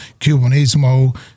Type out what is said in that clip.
Cubanismo